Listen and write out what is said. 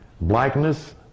Blackness